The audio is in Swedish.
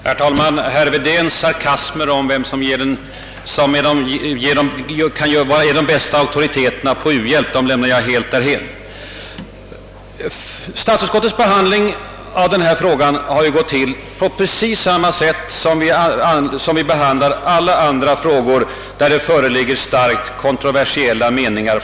Herr talman! Herr Wedéns sarkasmer om vem som är den största auktoriteten på u-landshjälp lämnar jag därhän. Statsutskottets behandling av frågan har varit precis densamma som behandlingen av alla andra frågor, där det från början föreligger starkt kontroversiella meningar.